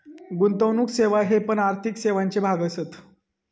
गुंतवणुक सेवा हे पण आर्थिक सेवांचे भाग असत